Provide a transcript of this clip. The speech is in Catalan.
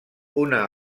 una